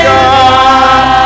God